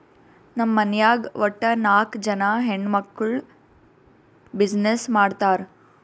ನಮ್ ಮನ್ಯಾಗ್ ವಟ್ಟ ನಾಕ್ ಜನಾ ಹೆಣ್ಮಕ್ಕುಳ್ ಬಿಸಿನ್ನೆಸ್ ಮಾಡ್ತಾರ್